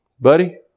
buddy